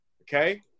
okay